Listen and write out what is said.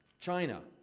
china,